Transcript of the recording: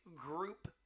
group